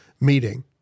meeting